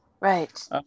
Right